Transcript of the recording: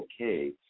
okay